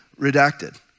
redacted